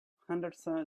henderson